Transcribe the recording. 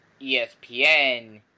espn